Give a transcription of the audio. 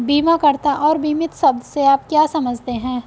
बीमाकर्ता और बीमित शब्द से आप क्या समझते हैं?